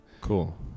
Cool